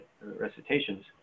recitations